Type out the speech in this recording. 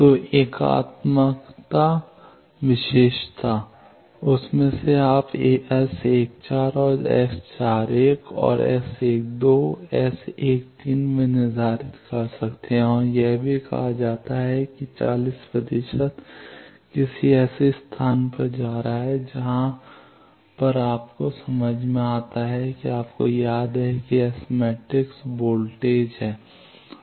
तो एकात्मक विशेषता उसमें से आप S 1 4 और S4 1 और S1 2 S 1 3 को भी निर्धारित कर सकते हैं यह भी कहा जाता है कि 40 प्रतिशत किसी ऐसे स्थान पर जा रहा है जहाँ पर आपको समझ में आता है कि आपको याद है कि एस मैट्रिक्स वोल्टेज है